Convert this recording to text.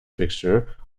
picture